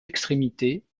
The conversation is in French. extrémités